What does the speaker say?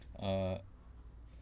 err